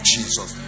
Jesus